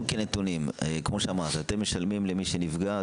כמו שאמרת, אתם משלמים למי שנפגע.